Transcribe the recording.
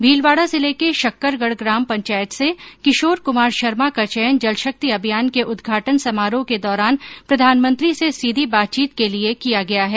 भीलवाड़ा जिले के शक्करगढ ग्राम पंचायत से किशोर कुमार शर्मा का चयन जल शक्ति अभियान के उदघाटन समारोह के दौरान प्रधानमंत्री से सीधी बातचीत के लिये किया गया है